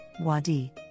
Wadi